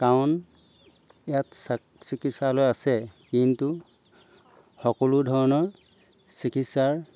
কাৰণ ইয়াত চা চিকিৎসালয় আছে কিন্তু সকলো ধৰণৰ চিকিৎসাৰ